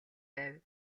байв